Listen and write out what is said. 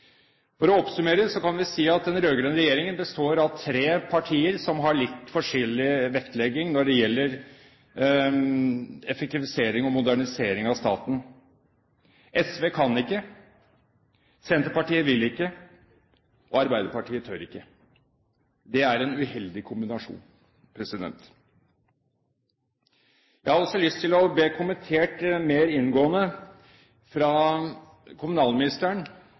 For å oppsummere kan vi si at den rød-grønne regjeringen består av tre partier som har litt forskjellig vektlegging når det gjelder effektivisering og modernisering av staten: SV kan ikke, Senterpartiet vil ikke og Arbeiderpartiet tør ikke. Det er en uheldig kombinasjon. Jeg har også lyst til å få en mer inngående kommentar fra kommunalministeren,